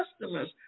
customers